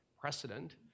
precedent